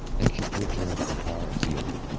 anxious to return to kfar etzion,